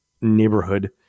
neighborhood